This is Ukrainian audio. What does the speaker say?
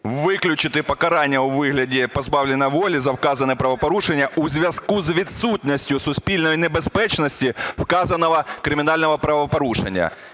виключити покарання у вигляді позбавлення волі за вказане правопорушення у зв'язку з відсутністю суспільної небезпечності вказаного кримінального правопорушення.